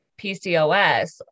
PCOS